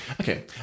Okay